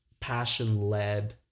passion-led